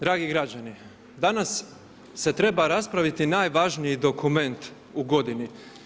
Dragi građani, danas se treba raspraviti najvažniji dokument u godini.